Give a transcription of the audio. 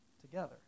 together